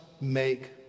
make